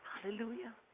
Hallelujah